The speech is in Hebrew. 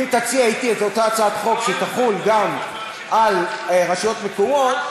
אם תציע אתי את אותה הצעת חוק שתחול גם על רשויות מקומיות,